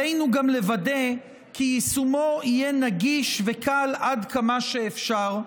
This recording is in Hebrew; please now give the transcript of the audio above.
עלינו גם לוודא כי יישומו יהיה נגיש וקל עד כמה שאפשר.